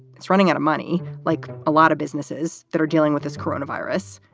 it's running out of money like a lot of businesses that are dealing with this coronavirus.